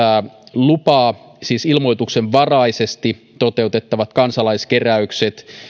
lupaa siis ilmoituksenvaraisesti toteutettavat kansalaiskeräykset myös